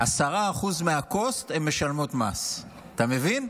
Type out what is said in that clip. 10% מה-cost הן משלמות מס, אתה מבין?